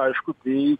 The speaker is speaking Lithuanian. aišku tai